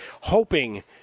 hoping